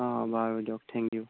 অঁ বাৰু দিয়ক থেংক ইউ